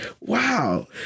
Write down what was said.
wow